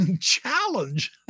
challenge